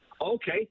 okay